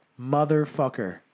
motherfucker